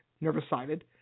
nervous-sided